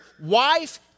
wife